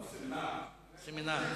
הסמינר.